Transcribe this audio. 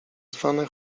zwane